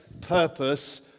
purpose